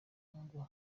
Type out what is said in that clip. ngo